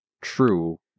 true